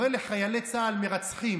קורא לחיילי צה"ל מרצחים?